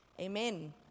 amen